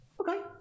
Okay